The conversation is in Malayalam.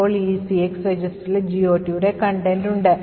ഇപ്പോൾ ECX രജിസ്റ്ററിൽ GOTയുടെ content ഉണ്ട്